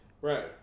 right